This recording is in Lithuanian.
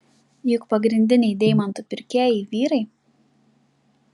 juk pagrindiniai deimantų pirkėjai vyrai